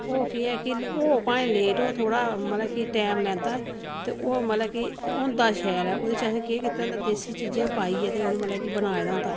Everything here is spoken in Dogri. ओह् केह् ऐ की हो भाएं लेट हो थोह्ड़ा मतलब कि टैम लांदा ते ओह् मतलब कि होंदा शैल ऐ उदे च अहें केह् कीते दा होंदा देसी चीजां पाइयै ते उसी मतलब कि बनाए दा होंदा